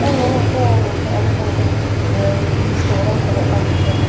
ᱢᱮᱱᱮᱫ ᱛᱟᱦᱮᱱᱟᱹᱧ ᱟᱢ ᱴᱷᱮᱱ ᱢᱤᱫᱴᱮᱱ ᱤᱭᱟᱹ ᱜᱚᱲᱚᱧ ᱠᱷᱚᱡᱚᱜ ᱠᱟᱱ ᱛᱟᱦᱮᱸᱫ